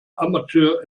amateur